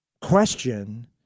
question